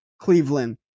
Cleveland